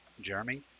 Jeremy